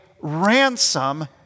ransom